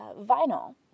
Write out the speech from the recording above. vinyl